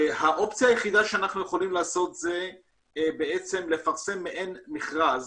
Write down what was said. האופציה היחידה שאנחנו יכולים לעשות זה לפרסם מעין מכרז